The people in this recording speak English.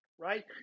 right